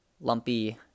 lumpy